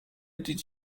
did